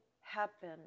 happen